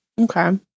Okay